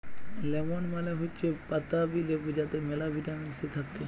lemon মালে হৈচ্যে পাতাবি লেবু যাতে মেলা ভিটামিন সি থাক্যে